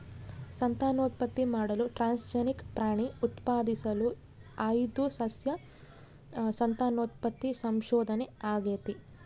ಸಂತಾನೋತ್ಪತ್ತಿ ಮಾಡುವ ಟ್ರಾನ್ಸ್ಜೆನಿಕ್ ಪ್ರಾಣಿ ಉತ್ಪಾದಿಸಲು ಆಯ್ದ ಸಸ್ಯ ಸಂತಾನೋತ್ಪತ್ತಿ ಸಂಶೋಧನೆ ಆಗೇತಿ